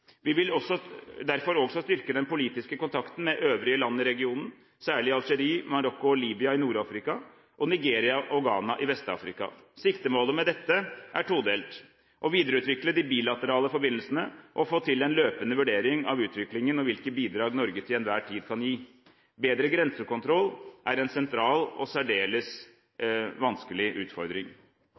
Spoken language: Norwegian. Vi vil derfor også styrke den politiske kontakten med øvrige land i regionen – særlig Algerie, Marokko og Libya i Nord-Afrika og Nigeria og Ghana i Vest-Afrika. Siktemålet med dette er todelt: å videreutvikle de bilaterale forbindelsene og få til en løpende vurdering av utviklingen og hvilke bidrag Norge til enhver tid kan gi. Bedre grensekontroll er én sentral og særdeles vanskelig utfordring.